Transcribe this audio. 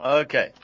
Okay